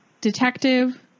detective